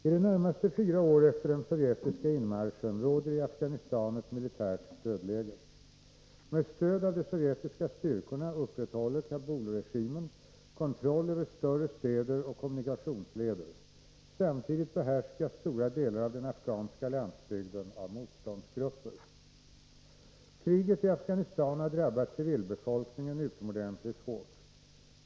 I det närmaste fyra år efter den sovjetiska inmarschen råder i Afghanistan ett militärt dödläge. Med stöd av de sovjetiska styrkorna upprätthåller Kabulregimen kontroll över större städer och kommunikationsleder. Samtidigt behärskas stora delar av den afghanska landsbygden av motståndsgrupper. Kriget i Afghanistan har drabbat civilbefolkningen utomordentligt hårt.